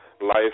life